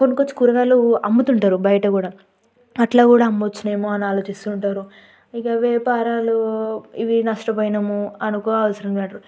కొనుక్కొచ్చి కూరగాయలు అమ్ముతుంటా రు బయట కూడా అట్ల కూడా అమ్మొచ్చునేమో అని ఆలోచిస్తూ ఉంటారు ఇక వ్యాపారాలు ఇవి నష్టపోయినాము అనుకో